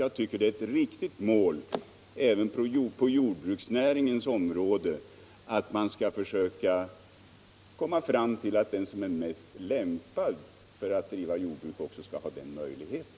Jag tycker det är ett riktigt mål även på jordbruksnäringens område att försöka komma fram till att den som är mest lämpad för att driva jordbruk också skall få den möjligheten.